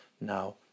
Now